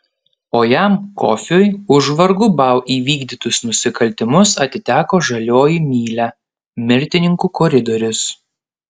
o jam kofiui už vargu bau įvykdytus nusikaltimus atiteko žalioji mylia mirtininkų koridorius